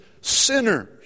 sinners